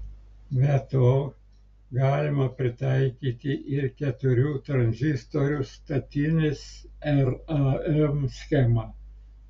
be to galima pritaikyti ir keturių tranzistorių statinės ram schemą